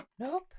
Nope